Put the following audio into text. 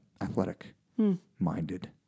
athletic-minded